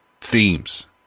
themes